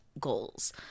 goals